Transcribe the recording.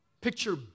Picture